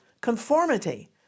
conformity